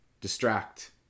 distract